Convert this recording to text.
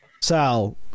Sal